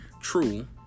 True